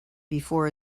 before